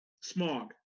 smog